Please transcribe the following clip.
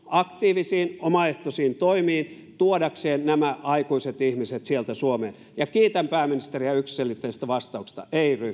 aktiivisiin omaehtoisiin toimiin tuodakseen nämä aikuiset ihmiset sieltä suomeen kiitän pääministeriä yksiselitteisestä vastauksesta ei ryhdy